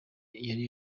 yari